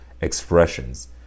Expressions